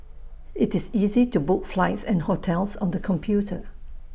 IT is easy to book flights and hotels on the computer